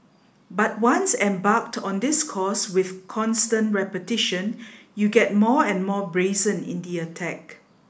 but once embarked on this course with constant repetition you get more and more brazen in the attack